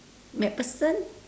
macpherson